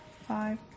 Five